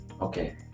okay